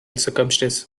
circumstances